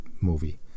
Movie